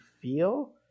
feel